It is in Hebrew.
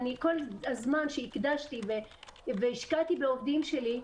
כל הזמן שהקדשתי והשקעתי בעובדים שלי,